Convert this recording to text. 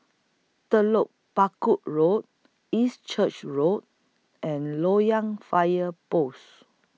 Telok Paku Road East Church Road and Loyang Fire Post